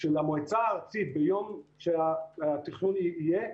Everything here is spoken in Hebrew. שלמועצה הארצית ביום שהתכנון יהיה,